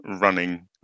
running